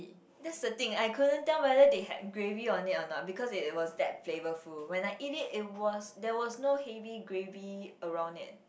that's the thing I couldn't tell whether they had gravy on it or not because it was that flavorful when I eat it it was there was no heavy gravy around it